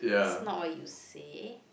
that's not what you say